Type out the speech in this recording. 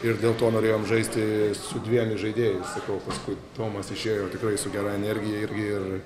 ir dėl to norėjom žaisti su dviem įžaidėjais sakau paskui tomas išėjo tikrai su gera energija irgi ir